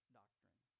doctrine